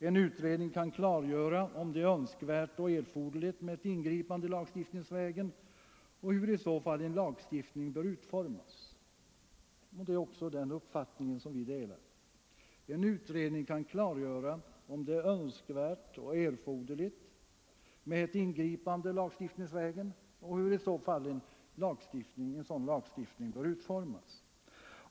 En utredning kan klargöra om det är önskvärt och erforderligt med ett ingripande lagstiftningsvägen och hur i så fall en lagstiftning bör utformas. Vi delar den uppfattningen. En utredning kan klargöra om det är önskvärt och erforderligt med ett ingripande lagstiftningsvägen och hur en sådan lagstiftning i så fall bör utformas.